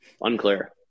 unclear